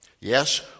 Yes